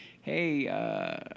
hey